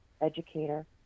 educator